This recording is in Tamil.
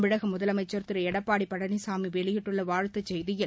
தமிழக முதலமைச்ச் திரு எடப்பாடி பழனிசாமி வெளியிட்டுள்ள வாழ்த்துச் செய்தியில்